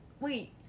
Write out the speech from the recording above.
Wait